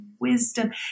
wisdom